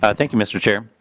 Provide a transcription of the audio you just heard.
ah thank you mr. chair.